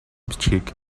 бичгийг